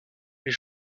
les